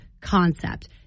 concept